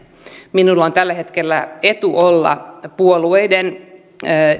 minulla on tällä hetkellä etu olla puolueiden